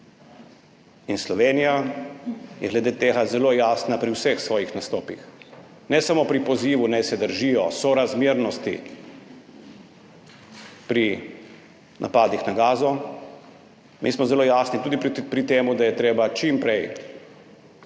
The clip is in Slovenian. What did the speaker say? In Slovenija je glede tega zelo jasna pri vseh svojih nastopih, ne samo pri pozivu, naj se držijo sorazmernosti pri napadih na Gazo, mi smo zelo jasni tudi pri tem, da je treba čim prej